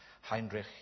Heinrich